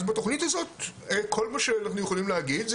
אז בתוכנית הזאת כל מה שאנחנו יכולים להגיד זה